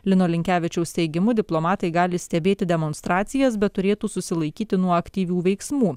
lino linkevičiaus teigimu diplomatai gali stebėti demonstracijas bet turėtų susilaikyti nuo aktyvių veiksmų